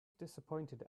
disappointed